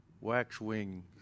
waxwing